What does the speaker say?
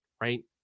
Right